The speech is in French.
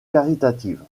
caritative